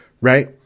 right